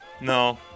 No